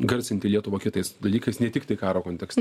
garsinti lietuvą kitais dalykais ne tik tai karo kontekste